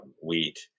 wheat